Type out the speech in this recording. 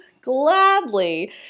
gladly